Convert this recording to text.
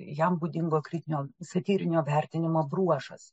jam būdingo kritinio satyrinio vertinimo bruožas